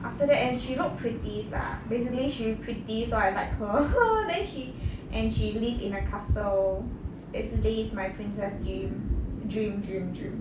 after that and she looked pretty lah basically she pretty so I like her then she and she lived in a castle basically it's my princess dream dream dream dream